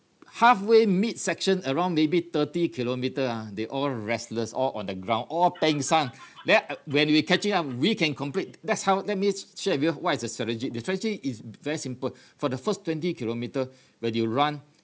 halfway midsection around maybe thirty kilometre ah they all restless all on the ground all peng san then uh when we're catching up we can complete that's how that means share with you what is the strategy the strategy is very simple for the first twenty kilometre when you run